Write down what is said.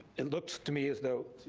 it looks to me as though